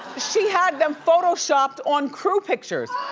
she had them photoshopped on crew pictures.